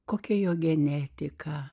kokia jo genetika